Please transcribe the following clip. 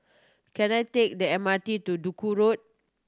can I take the M R T to Duku Road